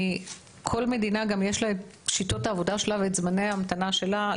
לכל מדינה יש גם את שיטות העבודה שלה ואת זמני ההמתנה שלה.